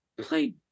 play